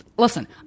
Listen